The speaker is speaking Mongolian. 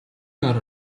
нар